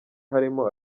harimo